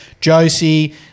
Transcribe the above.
Josie